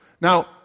Now